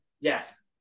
Yes